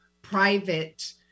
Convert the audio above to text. private